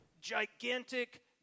gigantic